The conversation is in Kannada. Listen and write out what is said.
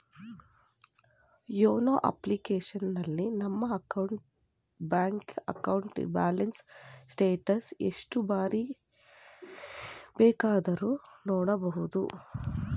ಯೋನೋ ಅಪ್ಲಿಕೇಶನಲ್ಲಿ ನಮ್ಮ ಬ್ಯಾಂಕಿನ ಅಕೌಂಟ್ನ ಬ್ಯಾಲೆನ್ಸ್ ಸ್ಟೇಟಸನ್ನ ಎಷ್ಟು ಸಾರಿ ಬೇಕಾದ್ರೂ ನೋಡಬೋದು